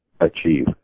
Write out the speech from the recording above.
achieve